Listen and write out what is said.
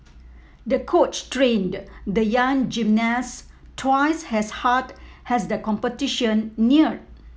the coach trained the young gymnast twice as hard as the competition neared